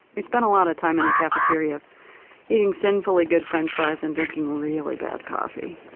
we spent a lot of time in the cafeteria eating sinfully good french fries and drinking really bad coffee.